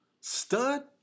Stud